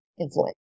influence